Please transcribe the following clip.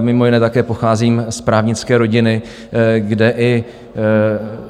Mimo jiné také pocházím z právnické rodiny, kde